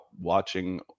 watching